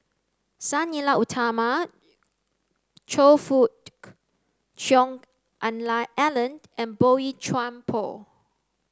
Sang Nila Utama Choe Cheong Alan and Boey Chuan Poh